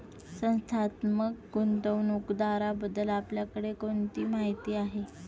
संस्थात्मक गुंतवणूकदाराबद्दल आपल्याकडे कोणती माहिती आहे?